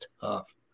tough